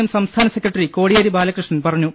M സംസ്ഥാന secretary Kodiyeri Balakrishnan പറഞ്ഞു